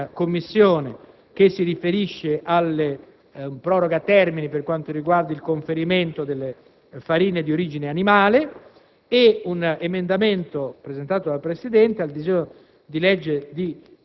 un emendamento dai senatori Polledri e Galli, approvato in Commissione, che si riferisce alle proroghe a termine per quanto riguarda il conferimento delle farine di origine animale,